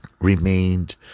remained